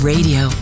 Radio